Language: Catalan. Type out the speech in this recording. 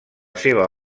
seva